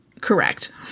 Correct